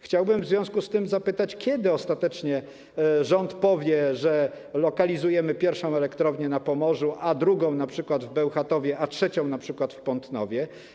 Chciałbym w związku z tym zapytać: Kiedy ostatecznie rząd powie, że lokalizujemy pierwszą elektrownię na Pomorzu, drugą np. w Bełchatowie, a trzecią np. w Pątnowie?